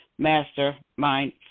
mastermind